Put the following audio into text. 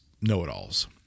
know-it-alls